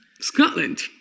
Scotland